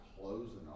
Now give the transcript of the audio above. closing